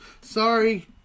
Sorry